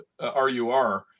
RUR